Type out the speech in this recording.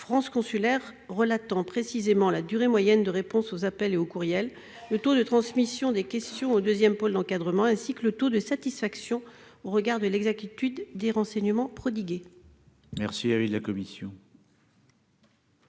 France Consulaire » pour relater précisément la durée moyenne de réponse aux appels et aux courriels, le taux de transmission des questions au deuxième pôle d'encadrement, ainsi que le taux de satisfaction au regard de l'exactitude des renseignements prodigués. Quel est l'avis de la commission